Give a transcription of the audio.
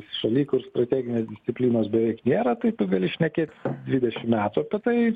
suveikus strateginės disciplinos beveik nėra tai tu gali šnekėt dvidešimt metų apie tai